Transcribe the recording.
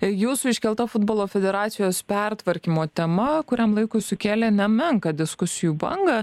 jūsų iškelta futbolo federacijos pertvarkymo tema kuriam laikui sukėlė nemenką diskusijų bangą